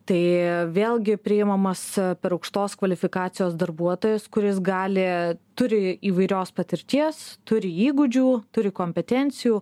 tai vėlgi priimamas per aukštos kvalifikacijos darbuotojas kuris gali turi įvairios patirties turi įgūdžių turi kompetencijų